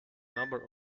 number